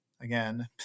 again